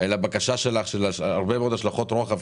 לבקשה שלך, יש לה הרבה מאוד השלכות רוחב.